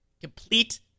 complete